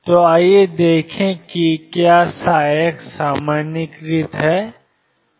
तो आइए देखें कि क्या ψ सामान्यीकृत है